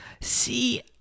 See